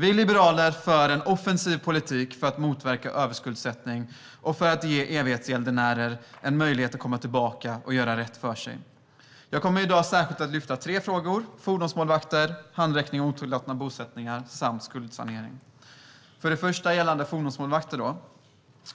Vi liberaler för en offensiv politik för att motverka överskuldsättning och ge evighetsgäldenärer en möjlighet att komma tillbaka och göra rätt för sig. Jag kommer i dag att särskilt lyfta fram tre frågor, nämligen fordonsmålvakter, handräckning av otillåtna bosättningar samt skuldsanering. Den första punkten jag ska ta upp är fordonsmålvakter.